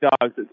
Dog's